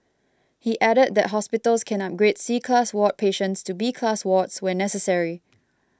he added that hospitals can upgrade C class ward patients to B class wards when necessary